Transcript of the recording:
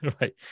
right